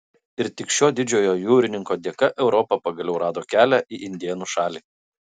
ir tik šio didžiojo jūrininko dėka europa pagaliau rado kelią į indėnų šalį